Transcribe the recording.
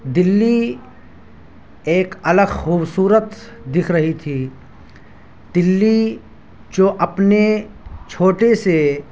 دلّی ایک الگ خوبصورت دکھ رہی تھی دلّی جو اپنے چھوٹے سے